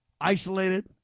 isolated